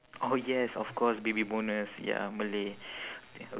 oh yes of course baby bonus ya malay